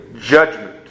judgment